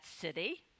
city